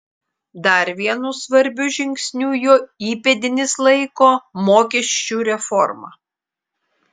dar vienu svarbiu žingsniu jo įpėdinis laiko mokesčių reformą